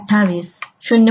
28 0